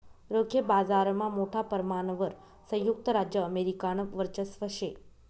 रोखे बाजारमा मोठा परमाणवर संयुक्त राज्य अमेरिकानं वर्चस्व शे